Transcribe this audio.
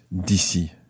d'ici